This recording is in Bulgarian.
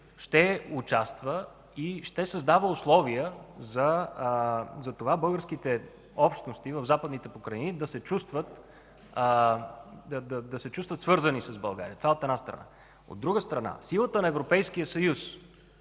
ще участва и ще създава условия българските общности в Западните покрайнини да се чувстват свързани с България, от една страна. От друга страна, силата на Европейския съюз